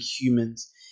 humans